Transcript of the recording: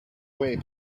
way